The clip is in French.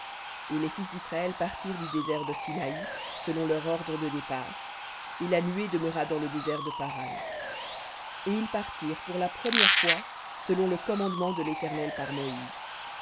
et les fils d'israël partirent du désert de sinaï selon leur ordre de départ et la nuée demeura dans le désert de paran et ils partirent pour la première fois selon le commandement de l'éternel par moïse